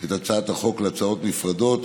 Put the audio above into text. את הצעת החוק להצעות נפרדות.